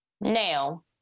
Now